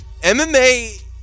MMA